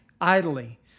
Idly